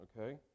okay